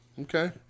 Okay